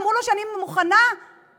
אמרו לו שאני מוכנה לבטל,